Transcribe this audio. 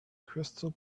crystal